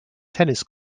tennis